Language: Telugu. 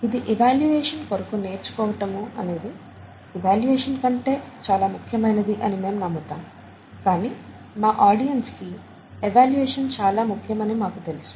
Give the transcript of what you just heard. ఇది ఎవాల్యూయేషన్ కొరకు నేర్చుకోటము అనేది ఎవాల్యూయేషన్ కంటే చాలా ముఖ్యమైనది అని మేము నమ్ముతాము కానీ మా ఆడియన్స్ కి ఎవాల్యూయేషన్ చాలా ముఖ్యమని మాకు తెలుసు